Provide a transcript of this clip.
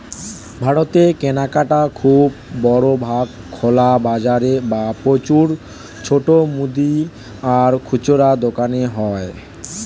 ভারতের কেনাকাটা খুব বড় ভাগ খোলা বাজারে বা প্রচুর ছোট মুদি আর খুচরা দোকানে হয়